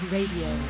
Radio